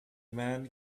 man